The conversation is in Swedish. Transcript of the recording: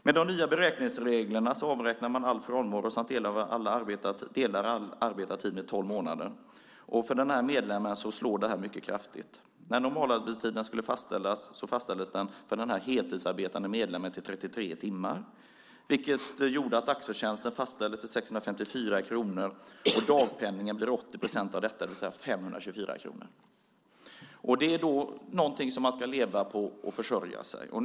Med de nya beräkningsreglerna räknar man om allt och delar upp den arbetade tiden på tolv månader. För denne medlem slår det här mycket kraftigt. Normalarbetstiden fastställdes för denne heltidsarbetande medlem till 33 timmar, vilket gjorde att dagsförtjänsten fastställdes till 654 kronor. Dagpenningen blir 80 procent av detta, det vill säga 524 kronor. Det är någonting som man ska leva och försörja sig på.